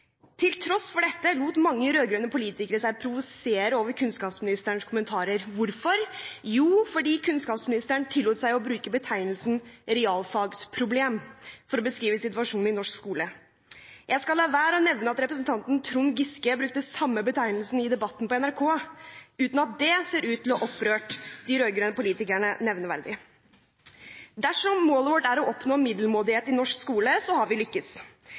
Til tross for dette lot mange rød-grønne politikere seg provosere av kunnskapsministerens kommentarer. Hvorfor? Jo, fordi kunnskapsministeren tillot seg å bruke betegnelsen «realfagsproblem» for å beskrive situasjonen i norsk skole. Jeg skal la være å nevne at representanten Trond Giske brukte samme betegnelsen i debatten på NRK, uten at det ser ut til å ha opprørt de rød-grønne politikerne nevneverdig. Dersom målet vårt er å oppnå middelmådighet i norsk skole, har vi